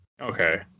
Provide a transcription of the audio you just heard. Okay